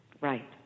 Right